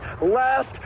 last